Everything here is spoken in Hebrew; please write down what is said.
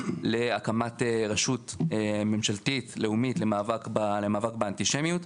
להקמת רשות ממשלתית לאומית למאבק באנטישמיות.